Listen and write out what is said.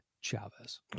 Chavez